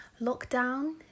lockdown